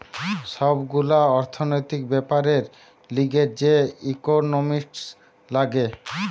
সব গুলা অর্থনৈতিক বেপারের লিগে যে ইকোনোমিক্স লাগে